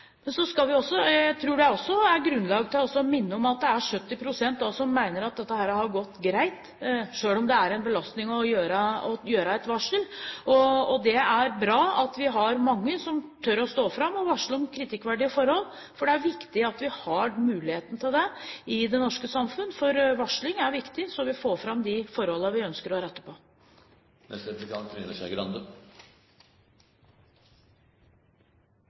Jeg tror også det er grunnlag for å minne om at det er 70 pst. som mener at dette har gått greit, selv om det er en belastning å varsle. Det er bra at vi har mange som tør å stå fram og varsle om kritikkverdige forhold, for det er viktig at vi har muligheten til det i det norske samfunnet. Varsling er viktig, så vi får fram de forholdene vi ønsker å rette på.